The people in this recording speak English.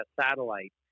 satellite